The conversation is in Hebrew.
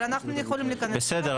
אבל אנחנו יכולים ל --- בסדר,